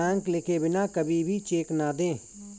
दिनांक लिखे बिना कभी भी चेक न दें